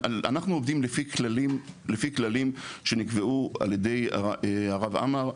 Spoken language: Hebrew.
אנחנו עובדים לפי כללים שנקבעו על ידי הרב עמאר.